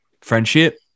friendship